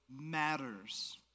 matters